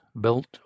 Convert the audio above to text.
built